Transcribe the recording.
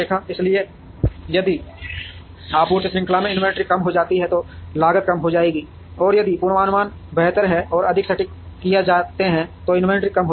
इसलिए यदि आपूर्ति श्रृंखला में इन्वेंट्री कम हो जाती है तो लागत कम हो जाएगी और यदि पूर्वानुमान बेहतर और अधिक सटीक किए जाते हैं तो इन्वेंट्री कम हो जाएगी